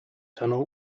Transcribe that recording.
tunnel